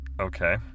Okay